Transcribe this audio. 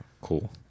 cool